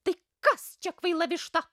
tai kas čia kvaila višta